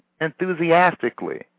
enthusiastically